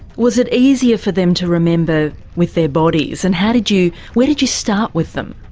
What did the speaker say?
was it easier for them to remember with their bodies and how did you where did you start with them?